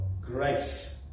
grace